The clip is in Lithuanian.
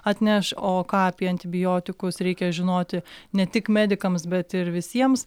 atneš o ką apie antibiotikus reikia žinoti ne tik medikams bet ir visiems